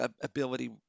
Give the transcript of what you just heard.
Ability